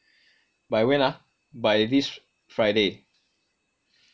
by when ah by this friday